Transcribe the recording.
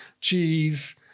cheese